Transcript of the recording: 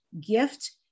gift